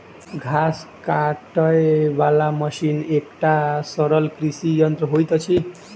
घास काटय बला मशीन एकटा सरल कृषि यंत्र होइत अछि